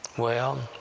well,